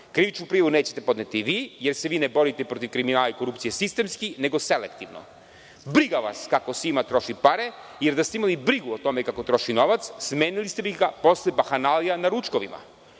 Krivičnu prijavu nećete podneti vi, jer se vi ne borite protiv kriminala i korupcije sistemski nego selektivno. Briga vas kako Sima troši pare, jer da ste imali brigu o tome kako troši novac, smenili biste ga posle bahanalija na ručkovima. Ono